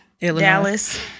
Dallas